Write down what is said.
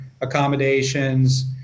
accommodations